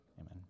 Amen